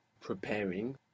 preparing